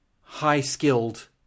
high-skilled